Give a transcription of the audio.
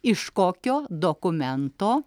iš kokio dokumento